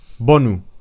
Bonu